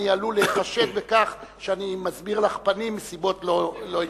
אני עלול להיחשד בכך שאני מסביר לך פנים מסיבות לא ענייניות.